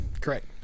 correct